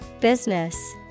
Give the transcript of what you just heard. Business